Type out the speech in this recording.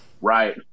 Right